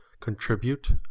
contribute